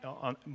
on